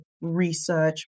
research